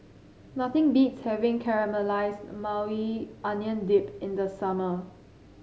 nothing beats having Caramelized Maui Onion Dip in the summer